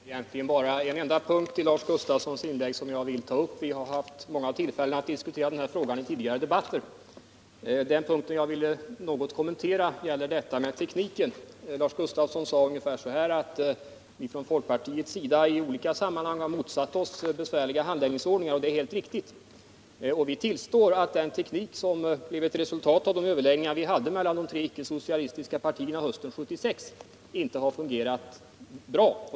Herr talman! Det är egentligen bara en enda punkt i Lars Gustafssons inlägg som jag vill ta upp — vi har haft många tillfällen att diskutera den här frågan i tidigare debatter. Den punkt jag vill något kommentera gäller tekniken. Lars Gustafsson sade att folkpartiet i olika sammanhang har motsatt sig besvärliga handläggningsordningar, och det är helt riktigt. Och vi tillstår att den teknik som tillkom som ett resultat av överläggningarna mellan de tre icke socialistiska partierna hösten 1976 inte har fungerat bra.